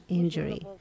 injury